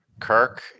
Kirk